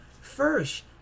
first